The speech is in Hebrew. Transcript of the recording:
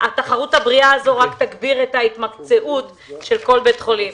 התחרות הבריאה הזו רק תגביר את ההתמקצעות של כל בית חולים.